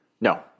No